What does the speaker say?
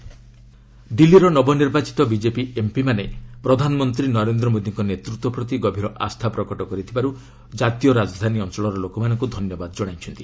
Delhi BJP MP ଦିଲ୍ଲୀର ନବନିର୍ବାଚିତ BJP ଏମ୍ପିମାନେ ପ୍ରଧାନମନ୍ତ୍ରୀ ନରେନ୍ଦ୍ର ମୋଦିଙ୍କ ନେତୃତ୍ୱ ପ୍ରତି ଗଭୀର ଆସ୍ଥା ପ୍ରକଟ କରିଥିବାରୁ ଜାତୀୟ ରାଜଧାନ ଅଞ୍ଚଳର ଲୋକମାନଙ୍କୁ ଧନ୍ୟବାଦ ଜଣାଇଛନ୍ତି